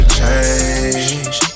change